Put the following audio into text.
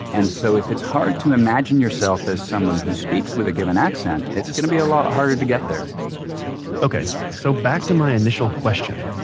and so, if it's hard to imagine yourself as someone who speaks with a given accent, it's going to be a lot harder to get there ok, so back to my initial question,